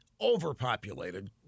overpopulated